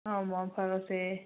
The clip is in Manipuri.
ꯃꯪ ꯐꯔꯁꯦ